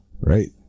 Right